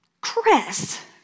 Chris